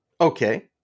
okay